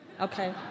okay